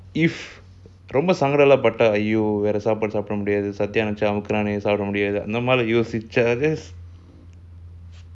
if ரொம்பசங்கடம்லாம்பட்டஐயோவேறசாப்பாடுசாப்பிடமுடியாதுசத்யாவச்சிஅமுக்குனாலேசாப்பிடமுடியாதுஅந்தமாதிரியோசிச்ச:romba sangadamlam patta ayyo vera sapadu sapda mudiathu sathya vachi amukunale sapda mudiathu andha madhiri yosicha